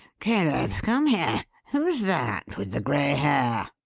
caleb, come here! who's that with the grey hair?